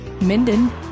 Minden